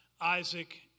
Isaac